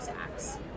acts